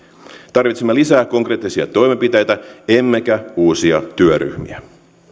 tarvitsemme lisää konkreettisia toimenpiteitä emmekä uusia työryhmiä